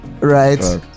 right